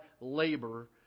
labor